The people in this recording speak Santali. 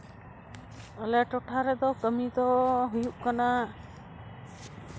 ᱟᱞᱮ ᱴᱚᱴᱷᱟ ᱨᱮᱫᱚ ᱠᱟᱹᱢᱤ ᱫᱚ ᱦᱩᱭᱩᱜ ᱠᱟᱱᱟ